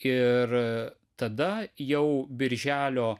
ir tada jau birželio